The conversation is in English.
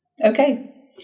okay